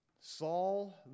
Saul